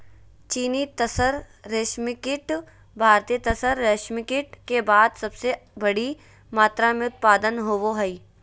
चीनी तसर रेशमकीट भारतीय तसर रेशमकीट के बाद सबसे बड़ी मात्रा मे उत्पादन होबो हइ